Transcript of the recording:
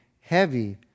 heavy